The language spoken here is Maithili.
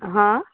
हँ